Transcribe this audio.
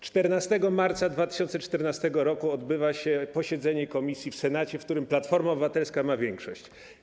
14 marca 2014 r. odbywa się posiedzenie komisji w Senacie, w którym Platforma Obywatelska ma większość.